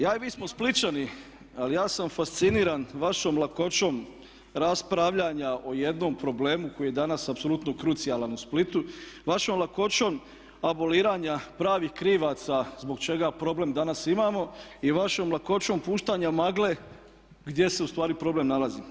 Ja i vi smo Splićani, ali ja sam fasciran vašom lakoćom raspravljanja o jednom problemu koji je danas apsolutno krucijalan u Splitu, vašom lakoćom aboliranja pravih krivaca zbog čega problem danas imamo i vašom lakoćom puštanja magle gdje se u stvari problem nalazi.